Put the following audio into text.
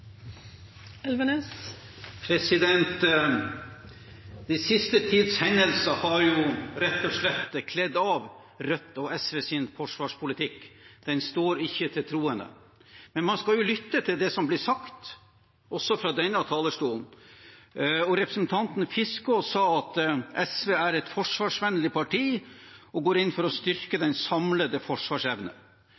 siste tids hendelser har rett og slett kledd av Rødts og SVs forsvarspolitikk, den står ikke til troende. Men man skal jo lytte til det som blir sagt også fra denne talerstolen, og representanten Fiskaa sa at SV er et forsvarsvennlig parti og går inn for å styrke